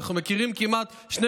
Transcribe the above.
אנחנו מכירים כמעט 12